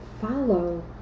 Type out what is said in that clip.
follow